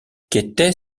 qu’était